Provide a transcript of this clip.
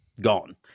gone